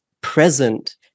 present